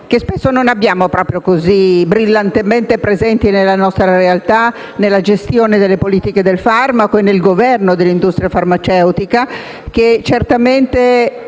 che spesso non abbiamo brillantemente presenti nella nostra realtà, nella gestione delle politiche del farmaco e nel governo dell'industria farmaceutica, che certamente,